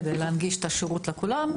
כדי להנגיש את השירות של כולם,